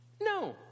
No